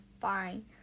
fine